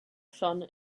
shone